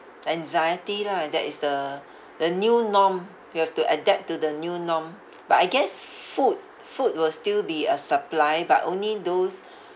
anxiety lah that is the the new norm we have to adapt to the new norm but I guess f~ food food will still be a supply but only those